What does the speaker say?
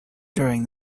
during